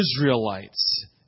Israelites